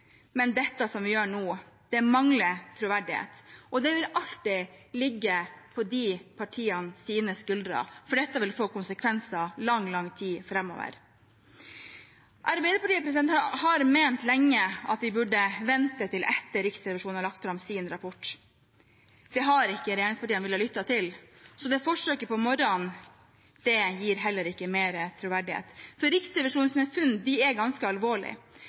Men dette som vi gjør nå, mangler troverdighet. Det vil alltid ligge på disse partienes skuldre, for dette vil få konsekvenser i lang, lang tid framover. Arbeiderpartiet har lenge ment at vi burde vente til etter at Riksrevisjonen hadde lagt fram sin rapport. Det har ikke regjeringspartiene villet lytte til, så det forsøket i morges gir heller ikke mer troverdighet. For Riksrevisjonens funn er